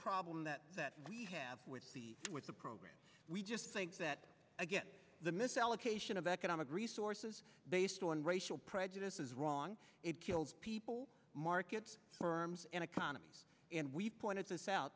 problem that we have with the with the program we just think that again the misallocation of economic resources based on racial prejudice is wrong it kills people markets for arms and economy and we pointed this out